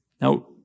Now